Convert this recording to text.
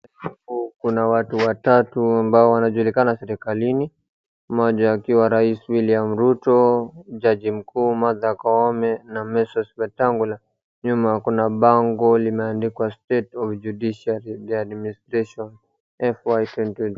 Kuna watu watatu ambao wanajulikana serikalini, mmoja akiwa rais Wiliam Ruto, jaji mkuu Martha Koome na Moses Wetangula. Nyuma kuna bango limeandikwa State of Judiciary Administration FY 2020 .